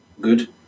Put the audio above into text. good